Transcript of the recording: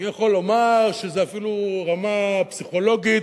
אני יכול לומר שזה אפילו רמה פסיכולוגית,